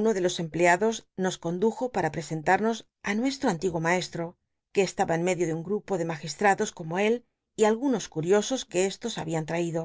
uno de jos empleados nos condujo para pesentamos á nues tro antiguo maesto que estaba en medio de un grupo de magistmdos como él y algunos curiosos que estos habían lraido